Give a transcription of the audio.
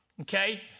okay